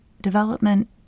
development